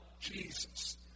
Jesus